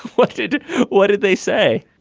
what did what did they say?